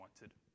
wanted